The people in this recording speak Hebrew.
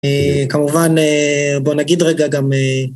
כמובן בוא נגיד רגע גם